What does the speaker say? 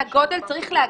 את הגודל צריך להגביל.